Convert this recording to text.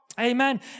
Amen